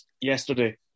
yesterday